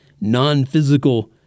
non-physical